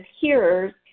hearers